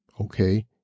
okay